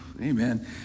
Amen